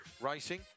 Racing